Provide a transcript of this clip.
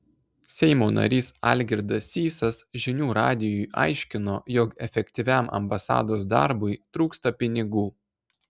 seimo narys algirdas sysas žinių radijui aiškino jog efektyviam ambasados darbui trūksta pinigų